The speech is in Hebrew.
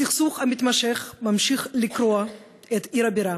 הסכסוך המתמשך ממשיך לקרוע את עיר הבירה